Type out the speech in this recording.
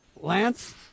Lance